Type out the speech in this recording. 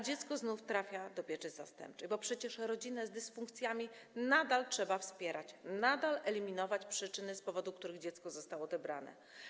Dziecko znów trafia do pieczy zastępczej, bo przecież rodziny z dysfunkcjami nadal trzeba wspierać, nadal trzeba eliminować przyczyny, z powodu których dziecko zostało odebrane.